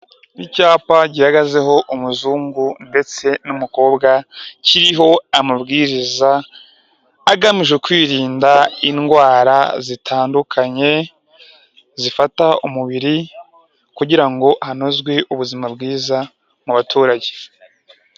Icyapa gihagazeho umuzungu ndetse n'umukobwa kiriho amabwiriza agamije kwirinda indwara zitandukanye zifata umubiri kugira ngo hanozwe ubuzima bwiza mu baturage.